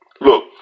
Look